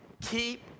keep